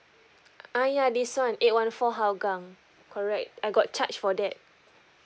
ah ya this one eight one four hougang correct I got charged for that